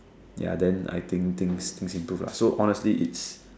ya then I think things things improve lah so honestly it's